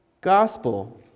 gospel